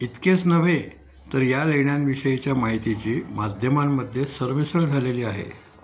इतकेच नव्हे तर या लेण्यांविषयीच्या माहितीची माध्यमांमध्ये सरमिसळ झालेली आहे